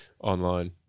online